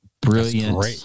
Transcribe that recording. brilliant